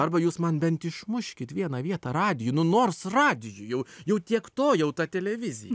arba jūs man bent išmuškit vieną vietą radijuj nu nors radiju jau jau tiek to jau ta televizija